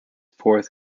fourth